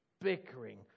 bickering